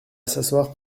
s’asseoir